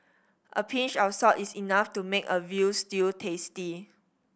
a pinch of salt is enough to make a veal stew tasty